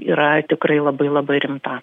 yra tikrai labai labai rimta